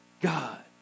God